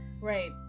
right